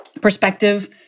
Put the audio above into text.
perspective